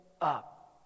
up